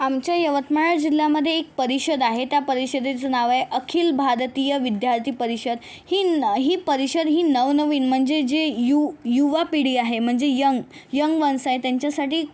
आमच्या यवतमाळ जिल्हामध्ये एक परिषद आहे त्या परिषदेचं नाव आहे अखिल भारतीय विद्यार्थी परिषद ही नव परिषद ही नवनवीन म्हणजे जे यु युवा पिढी आहे म्हणजे यंग यंग माणसं आहे त्यांच्यासाठी